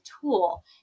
tool